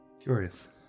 Curious